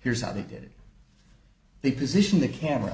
here's how they did they position the camera